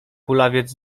kulawiec